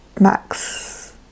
Max